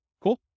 Cool